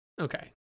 Okay